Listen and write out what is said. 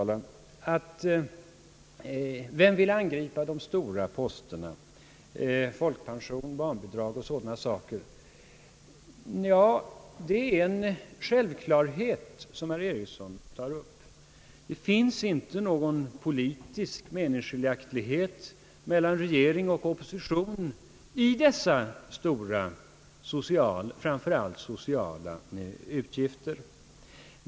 Det finns inte någon politisk meningsskiljaktighet mellan regering och opposition om dessa stora, framför allt sociala utgifter.